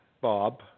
Bob